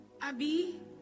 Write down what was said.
abby